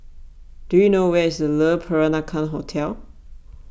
do you know where is Le Peranakan Hotel